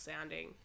sounding